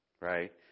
Right